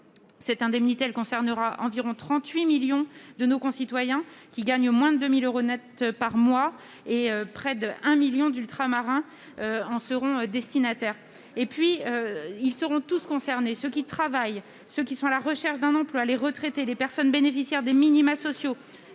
Cette indemnité concernera environ 38 millions de nos concitoyens, qui touchent moins de 2 000 euros net par mois, et près d'un million d'Ultramarins en seront destinataires. Tous seront concernés : ceux qui travaillent, ceux qui sont à la recherche d'un emploi, les retraités ou les bénéficiaires des minima sociaux.